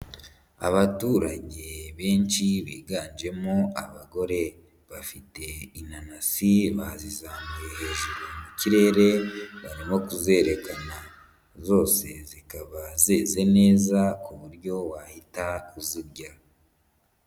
Abaturage benshi biganjemo abagore, bafite inanasi bazizamuye hejuru ikirere, barimo kuzerekana, zose zikaba zeze neza ku buryo wahita uzirya.